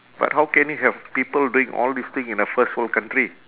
but how can it have people doing all these thing in a first world country